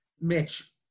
Mitch